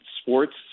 sports